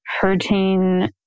Hurting